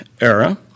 era